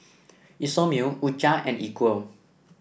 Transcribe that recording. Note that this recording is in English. Isomil U Cha and Equal